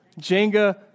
Jenga